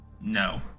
No